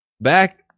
back